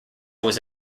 was